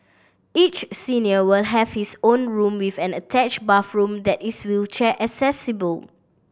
each senior will have his own room with an attached bathroom that is wheelchair accessible